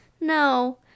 No